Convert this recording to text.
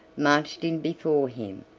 marched in before him,